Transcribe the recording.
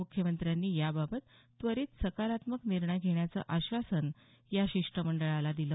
मुख्यमंत्र्यांनी या बाबत त्वरीत सकारात्मक निर्णय घेण्याचं आश्वासन या शिष्टमंडळाला दिलं